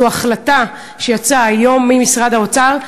זו החלטה שיצאה היום ממשרד האוצר.